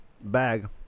bag